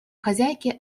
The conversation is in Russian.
хозяйки